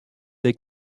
they